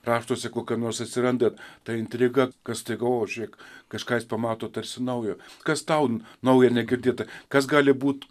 raštuose kokia nors atsiranda ta intriga kas staiga o žiūrėk kažką jis pamato tarsi naujo kas tau nauja negirdėta kas gali būt